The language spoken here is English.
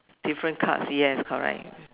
different cards yes correct